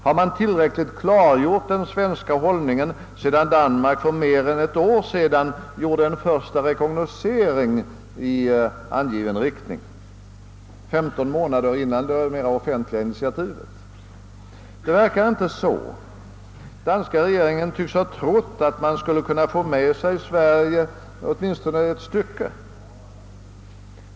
Har man tillräckligt klarlagt den svenska hållningen sedan Danmark för mer än ett år sedan gjorde en första rekognoscering i angiven riktning — 15 månader före det mera offentliga initiativet? Det verkar inte så. Danska regeringen tycks ha trott att man skulle kunna få med sig Sverige ett bra stycke.